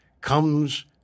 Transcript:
comes